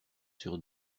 sur